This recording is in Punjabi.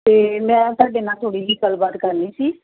ਅਤੇ ਮੈਂ ਤੁਹਾਡੇ ਨਾਲ ਥੋੜ੍ਹੀ ਜਿਹੀ ਗੱਲਬਾਤ ਕਰਨੀ ਸੀ